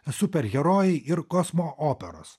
superherojai ir kosmo operos